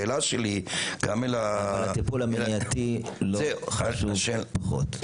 ללא ספק הטיפול המניעתי לא חשוב פחות.